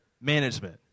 management